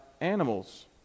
animals